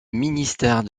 ministère